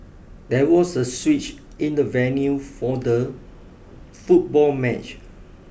there was a switch in the venue for the football match